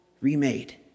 remade